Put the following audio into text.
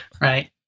right